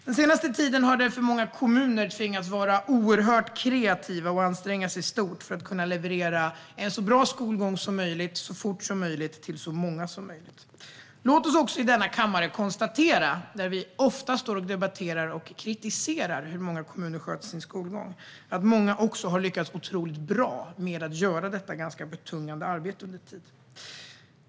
Den senaste tiden har många kommuner tvingats vara oerhört kreativa och anstränga sig mycket för att kunna leverera en så bra skolgång som möjligt så fort som möjligt till så många som möjligt. Låt oss också i denna kammare konstatera, eftersom vi ofta står och debatterar och kritiserar hur många kommuner sköter skolgången, att många kommuner har lyckats otroligt bra med att göra detta ganska betungande arbete under tid.